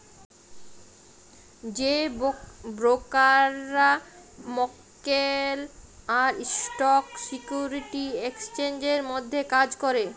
যে ব্রকাররা মক্কেল আর স্টক সিকিউরিটি এক্সচেঞ্জের মধ্যে কাজ ক্যরে